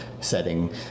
setting